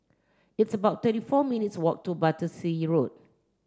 it's about thirty four minutes' walk to Battersea Road